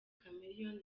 chameleone